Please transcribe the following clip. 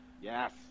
Yes